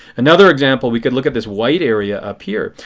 another example, we could look at this white area up here.